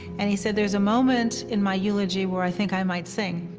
and he said, there's a moment in my eulogy where i think i might sing.